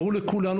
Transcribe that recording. ברור לכולנו